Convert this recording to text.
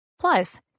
Plus